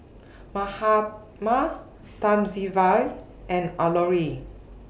Mahatma Thamizhavel and Alluri